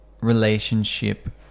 relationship